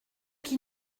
qui